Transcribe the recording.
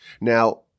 Now